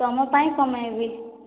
ତୁମ ପାଇଁ କମାଇବି